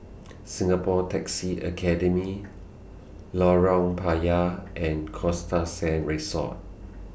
Singapore Taxi Academy Lorong Payah and Costa Sands Resort